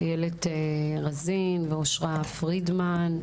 את איילת רזין ואושרה פרידמן,